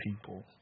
people